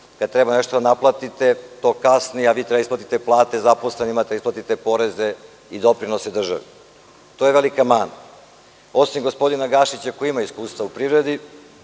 kada treba nešto da naplatite, to kasni, a vi treba da isplatite plate zaposlenima, da isplatite poreze i doprinose državi. To je velika mana. Osim gospodina Gašića koji ima iskustva u privredi,